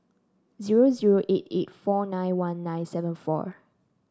zero zero eight eight four nine one nine seven four